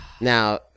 Now